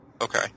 Okay